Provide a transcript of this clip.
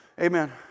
amen